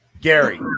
Gary